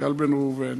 לאיל בן ראובן.